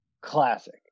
classic